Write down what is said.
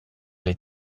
les